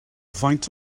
faint